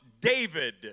David